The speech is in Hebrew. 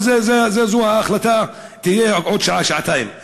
אבל זו ההחלטה, היא תהיה עוד שעה-שעתיים.